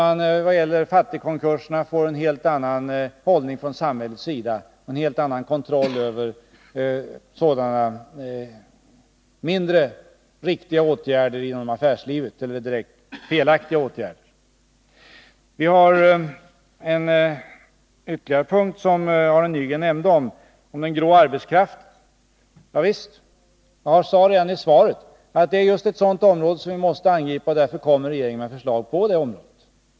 Man har vad gäller fattigkonkurser en helt annan hållning från samhällets sida och en helt annan kontroll över sådana mindre riktiga eller direkt felaktiga åtgärder inom affärslivet. Ytterligare ett område som Arne Nygren nämnde gäller den grå arbetskraften. Javisst, jag sade redan i svaret att det är just ett sådant område som vi måste angripa, och därför kommer regeringen med förslag på det området.